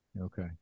Okay